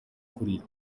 kurira